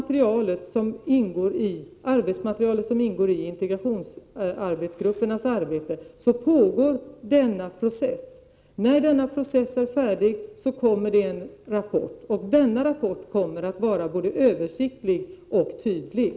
Det arbetsmaterial som ingår i integrationsarbetsgruppernas studier är föremål för denna process. När den är färdig kommer en rapport, och denna kommer att vara både översiktlig och tydlig.